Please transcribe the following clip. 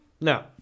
No